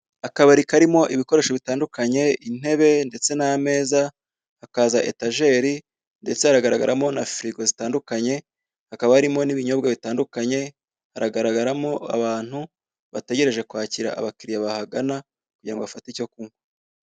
Akabari karimo ibikoresho bitandukanye, intebe ndetse n'ameza hakaza etajeri, ndetse haragaragaramo na firigo zitandukanye, hakaba harimo n'ibinyobwa bitandukanye, haragaragaramo abantu bategereje kwakira abakiriya bahagana kugirango bafate icyo kunywa.